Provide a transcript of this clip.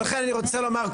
ולכן אני רוצה לומר,